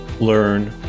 learn